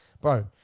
Bro